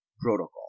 protocol